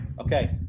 Okay